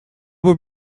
were